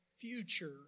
future